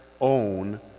own